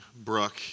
Brooke